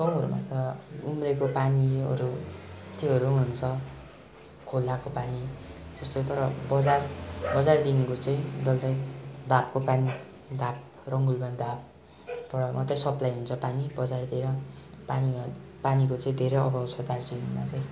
गाउँहरूमा त उम्रेको पानीहरू त्योहरू पनि हुन्छ खोलाको पानी जस्तो तर बजार बजारदेखिको चाहिँ ढल्लै धापको पानी धाप रङ्गुलमा धाप धापबाट मात्रै सप्लाई हुन्छ पानी बजारतिर पानीको चाहिँ धेरै अभाव छ दार्जिलिङमा चाहिँ